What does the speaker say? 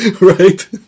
right